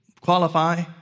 qualify